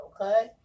Okay